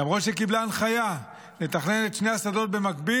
למרות שהיא קיבלה הנחיה לתכנן את שני השדות במקביל,